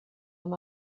amb